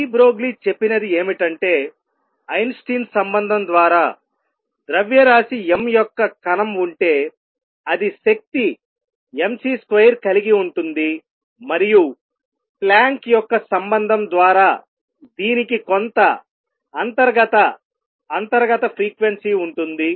D Broglie చెప్పినది ఏమిటంటే Einstein సంబంధం ద్వారా ద్రవ్యరాశి m యొక్క కణం ఉంటే అది శక్తి mc స్క్వేర్ కలిగి ఉంటుంది మరియు ప్లాంక్ యొక్క సంబంధం ద్వారా దీనికి కొంత అంతర్గత ఫ్రీక్వెన్సీ ఉంటుంది